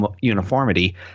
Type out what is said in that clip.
uniformity